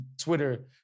Twitter